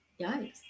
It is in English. yikes